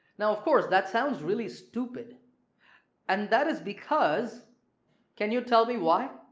now of course that sounds really stupid and that is because can you tell me why?